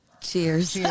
cheers